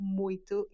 muito